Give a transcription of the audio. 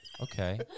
okay